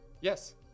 Yes